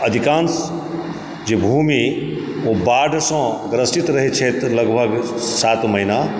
अधिकान्श जे भूमि ओ बाढ़संँ ग्रस्थित रहए छै लगभग सात महीना